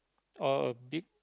or a big